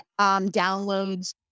downloads